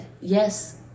yes